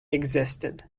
existed